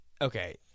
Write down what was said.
Okay